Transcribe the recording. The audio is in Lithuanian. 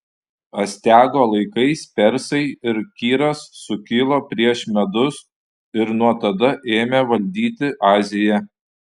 astiago laikais persai ir kyras sukilo prieš medus ir nuo tada ėmė valdyti aziją